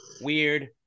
weird